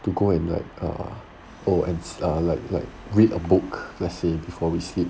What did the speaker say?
to go and like uh oh and ah like like read a book let's say before we sleep